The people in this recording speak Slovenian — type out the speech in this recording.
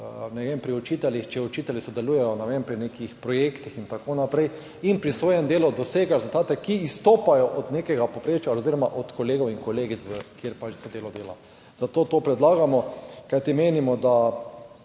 ne vem, pri učiteljih, če učitelji sodelujejo, ne vem, pri nekih projektih in tako naprej in pri svojem delu dosegajo rezultate, ki izstopajo od nekega povprečja oziroma od kolegov in kolegic, kjer pač delo dela, zato to predlagamo. Kajti menimo, da